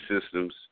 systems